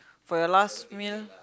for your last meal